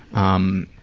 um.